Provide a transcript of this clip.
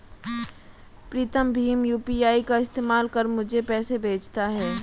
प्रीतम भीम यू.पी.आई का इस्तेमाल कर मुझे पैसे भेजता है